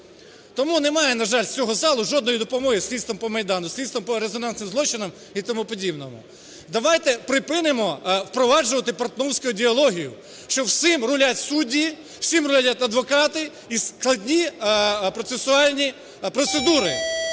Тому немає з цього залу, на жаль, жодної допомоги слідству по Майдану, слідству по резонансним злочинам і тому подібному. Давайте припинимо впроваджувати портновську ідеологію, що всім рулять судді, всім рулять адвокати і складні процесуальні процедури.